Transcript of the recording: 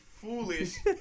foolish